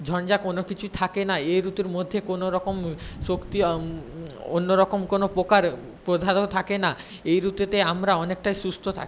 ঝঞ্ঝা কোনো কিছু থাকে না এই ঋতুর মধ্যে কোনো রকম শক্তি অন্য রকম কোনো প্রকার প্রধানত থাকে না এই ঋতুতে আমরা অনেকটাই সুস্থ থাকি